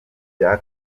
bya